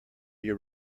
your